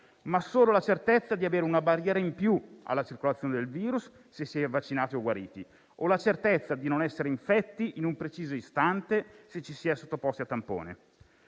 ma solo la certezza di avere una barriera in più alla circolazione del virus se si è vaccinati o guariti; o la certezza di non essere infetti in un preciso istante se ci si è sottoposti a tampone.